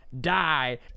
die